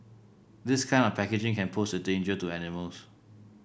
this kind of packaging can pose a danger to animals